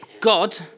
God